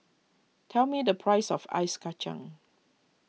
tell me the price of Ice Kachang